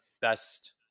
best